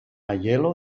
aielo